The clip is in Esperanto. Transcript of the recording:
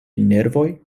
nervoj